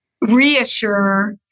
reassure